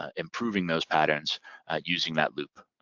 ah improving those patterns using that loop,